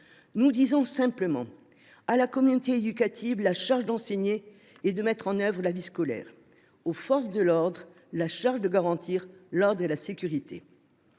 nous disons simplement ceci : à la communauté éducative la charge d’enseigner et de mettre en œuvre la vie scolaire, aux forces de l’ordre la charge de garantir l’ordre et la sécurité.